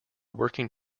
working